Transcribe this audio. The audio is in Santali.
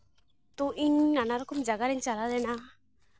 ᱛᱚ ᱤᱧ ᱱᱟᱱᱟ ᱨᱚᱠᱚᱢ ᱡᱟᱭᱜᱟ ᱨᱤᱧ ᱪᱟᱞᱟᱣ ᱞᱮᱱᱟ